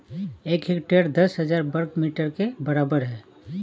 एक हेक्टेयर दस हजार वर्ग मीटर के बराबर है